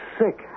sick